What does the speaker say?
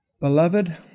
Beloved